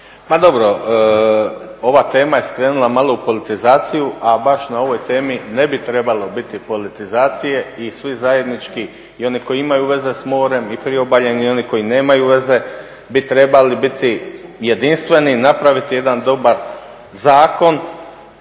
Ma dobro, ova tema je skrenula malo u politizaciju, a baš na ovoj temi ne bi trebalo biti politizacije i svi zajednički i oni koji imaju veze s morem i priobaljem i oni koji nemaju veze bi trebali biti jedinstveni, napraviti jedan dobar zakon